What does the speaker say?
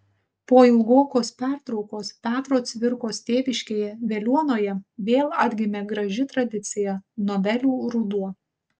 po ilgokos pertraukos petro cvirkos tėviškėje veliuonoje vėl atgimė graži tradicija novelių ruduo